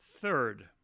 Third